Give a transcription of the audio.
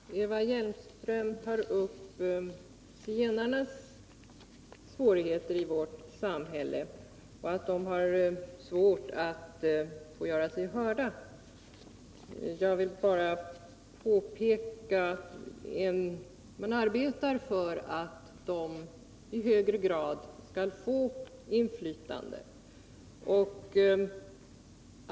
Herr talman! Eva Hjelmström tar upp de svårigheter som zigenarna i vårt samhälle har att göra sig hörda. Jag vill bara påpeka att man arbetar för att de skall få ett större inflytande.